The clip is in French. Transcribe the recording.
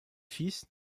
fils